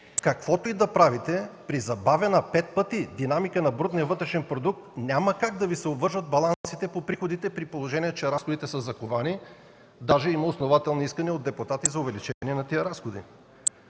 Каквото и да правите, при забавена пет пъти динамика на брутния вътрешен продукт, няма как да Ви се обвържат балансите по приходите, при положение че разходите са заковани, даже има основателни искания от депутати за увеличение на тези разходи.